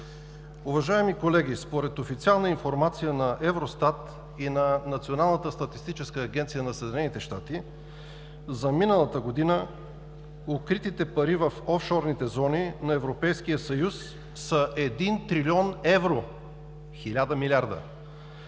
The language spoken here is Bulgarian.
Уважаеми колеги, според официална информация на Евростат и на националната статистическа агенция на САЩ за миналата година укритите пари в офшорните зони на Европейския съюз са един трилион евро – хиляда милиарда!